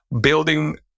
Building